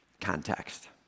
Context